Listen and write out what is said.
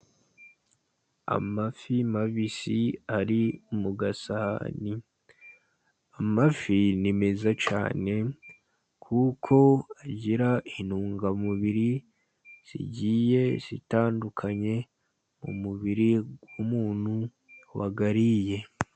Amafi mabisi ari mu gasahane, amafi ni meza cyane kuko agira intungamubiri zigiye zitandukanye mu mubiri w'umuntu wayariye.